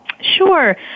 Sure